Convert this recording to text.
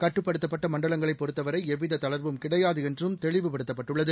கட்டுப்படுத்தப்பட்ட மண்டலங்களைப் பொறுத்தவரை எவ்வித தளர்வும் கிடையாது என்றும் தெளிவுபடுத்தப்பட்டுள்ளது